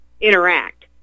interact